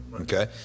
okay